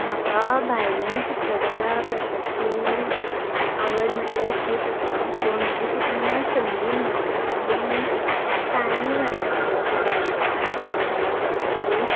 म्हाका भायल्यान चित्रकला करपाची आवड म्हटल्यार खूब आसा पूण अशी केन्ना संदी मेळूंक ना आनी टायमूय मेळनासलो अशें भायर वचून चित्रकला करपाची